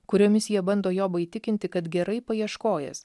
kuriomis jie bando jobą įtikinti kad gerai paieškojęs